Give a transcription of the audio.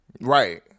right